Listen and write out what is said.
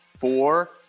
four